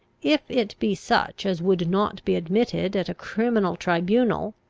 if it be such as would not be admitted at a criminal tribunal,